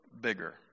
bigger